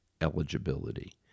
eligibility